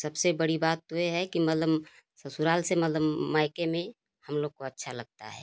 सबसे बड़ी बात तो ये है कि मतलब ससुराल से मतलब मायके में हम लोग को अच्छा लगता है